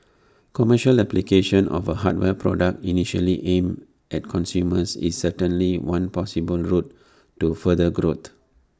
commercial application of A hardware product initially aimed at consumers is certainly one possible route to further growth